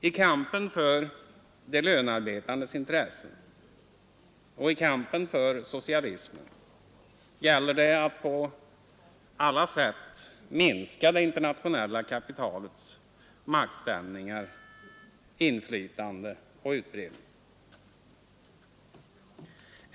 I kampen för de lönarbetandes intressen och i kampen för socialismen gäller det att på allt sätt minska det internationella kapitalets maktställningar, inflytande och utbredning.